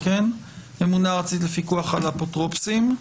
ממונה ארצית לפיקוח על האפוטרופסים.